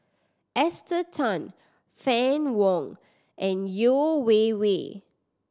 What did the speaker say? Esther Tan Fann Wong and Yeo Wei Wei